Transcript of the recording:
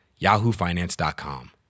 YahooFinance.com